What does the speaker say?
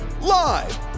live